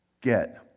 get